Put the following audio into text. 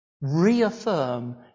reaffirm